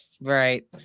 right